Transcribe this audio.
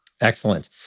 Excellent